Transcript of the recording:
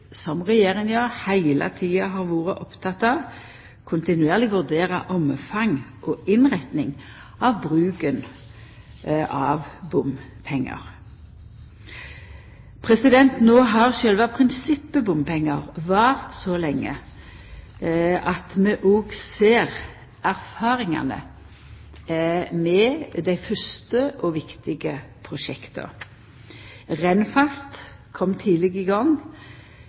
heile tida har vore oppteken av – kontinuerleg vurdera omfang og innretning av bruken av bompengar. No har sjølve prinsippet bompengar vart så lenge at vi òg ser erfaringane med dei fyrste og viktige prosjekta. Rennfast kom tidleg i gang.